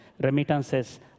remittances